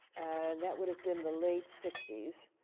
that would have been the late sixty s.